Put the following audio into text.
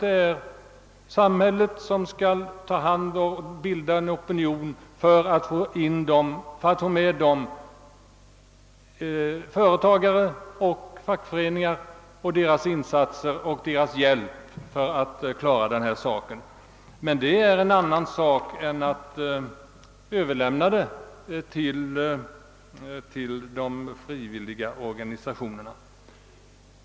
Det är samhället som skall bilda en opinion för att förmå företagare och fackföreningar att hjälpa till för att klara denna uppgift. Detta är någonting annat än att överlämna problemet till frivilligorganisationerna.